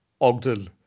Ogden